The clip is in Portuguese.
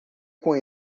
com